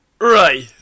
Right